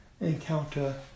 encounter